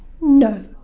No